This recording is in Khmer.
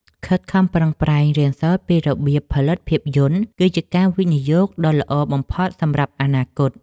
ខិតខំប្រឹងប្រែងរៀនសូត្រពីរបៀបផលិតភាពយន្តគឺជាការវិនិយោគដ៏ល្អបំផុតសម្រាប់អនាគត។